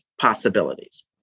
possibilities